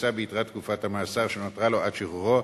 יישא ביתרת תקופת המאסר שנותרה לו עד שחרורו